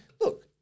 look